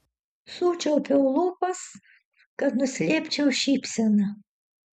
sučiaupiau lūpas kad nuslėpčiau šypseną